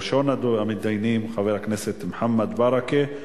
ראשון המתדיינים, חבר הכנסת מוחמד ברכה.